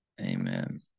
Amen